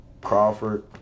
Crawford